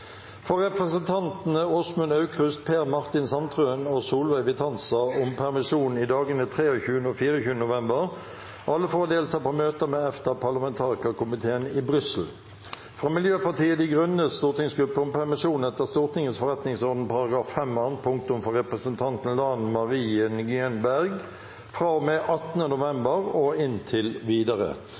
for å delta i møter med EFTA-parlamentarikerkomiteen i Brussel og Warszawa fra representantene Åsmund Aukrust , Per Martin Sandtrøen og Solveig Vitanza om permisjon i dagene 23. og 24. november – alle for å delta på møter med EFTA-parlamentarikerkomiteen i Brussel fra Miljøpartiet De Grønnes stortingsgruppe om permisjon etter Stortingets forretningsorden § 5 annet punktum for representanten Lan Marie Nguyen Berg fra og